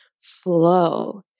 flow